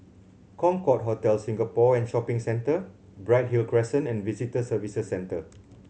Concorde Hotel Singapore and Shopping Centre Bright Hill Crescent and Visitor Services Centre